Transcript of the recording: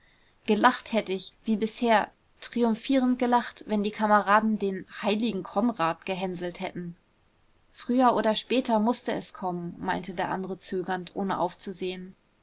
gelacht hätt ich wie bisher triumphierend gelacht wenn die kameraden den heiligen konrad gehänselt hätten früher oder später mußte es kommen meinte der andere zögernd ohne aufzusehen